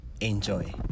Enjoy